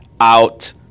out